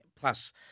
plus